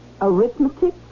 arithmetic